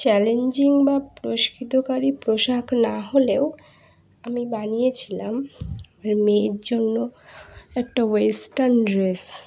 challenging বা পুরস্কৃতকারী পোশাক না হলেও আমি বানিয়েছিলাম আমার মেয়ের জন্য একটা ওয়েস্টার্ন ড্রেস